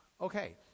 Okay